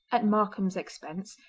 at markam's expense,